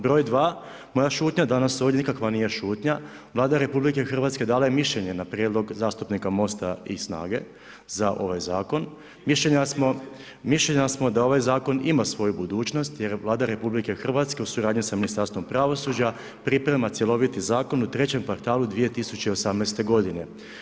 Broj dva, moja šutnja danas ovdje nikakva nije šutnja, Vlada RH dala je mišljenje na prijedlog zastupnika MOST-a i SNAGA-e za ovaj zakon, mišljenja smo da ovaj zakon ima svoju budućnost jer Vlada RH u suradnji sa Ministarstvom pravosuđa priprema cjeloviti zakon u trećem kvartalu 2018. godine.